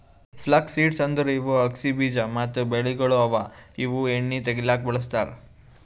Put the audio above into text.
flux seeds ಅಂದುರ್ ಇವು ಅಗಸಿ ಬೀಜ ಮತ್ತ ಬೆಳೆಗೊಳ್ ಅವಾ ಇವು ಎಣ್ಣಿ ತೆಗಿಲುಕ್ ಬಳ್ಸತಾರ್